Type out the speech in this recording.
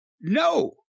No